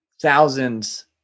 thousands